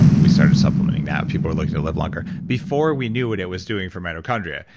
we started supplementing that. people are likely to live longer. before we knew what it was doing for mitochondria,